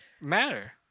matter